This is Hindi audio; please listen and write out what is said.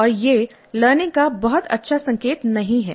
और यह लर्निंग का बहुत अच्छा संकेत नहीं है